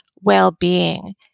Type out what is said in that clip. well-being